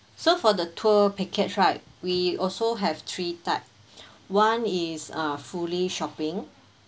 so for the tour package right we also have three type one is uh fully shopping